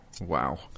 wow